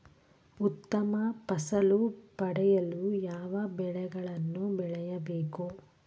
ಉತ್ತಮ ಫಸಲು ಪಡೆಯಲು ಯಾವ ಬೆಳೆಗಳನ್ನು ಬೆಳೆಯಬೇಕು?